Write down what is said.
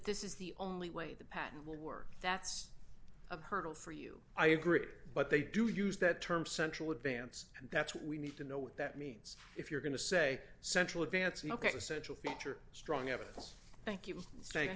this is the only way the patent will work that's of hurdle for you i agree but they do use that term central advance and that's what we need to know what that means if you're going to say central advance and ok the central feature strong evidence thank you thank